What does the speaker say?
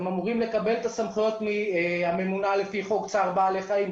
הם אמורים לקבל את הסמכויות מהממונה לפי חוק צער בעל חיים.